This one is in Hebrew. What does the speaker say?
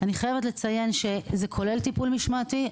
אני חייבת לציין שזה כולל טיפול משמעתי,